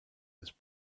his